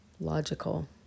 logical